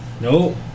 no